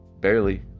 barely